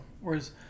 Whereas